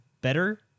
better